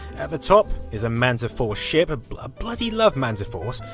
at the top is a manta force ship. bloody bloody love manta force.